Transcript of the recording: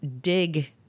dig